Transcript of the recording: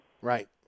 Right